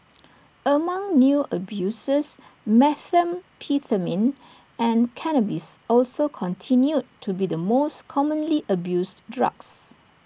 among new abusers methamphetamine and cannabis also continued to be the most commonly abused drugs